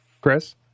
Chris